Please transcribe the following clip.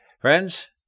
Friends